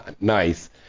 Nice